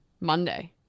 Monday